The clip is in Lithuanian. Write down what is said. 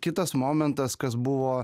kitas momentas kas buvo